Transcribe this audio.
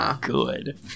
good